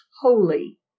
holy